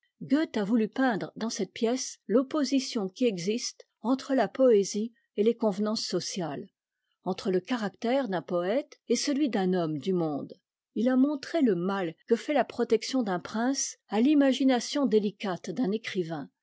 a voulu peindre dans cette pièce l'opposition qui existe entre la poésie et les convenances sociales entre le caractère d'un poëte et celui d'un homme du monde it a montré le mal que fait la protection d'un prince à l'imagination délicate d'un écrivain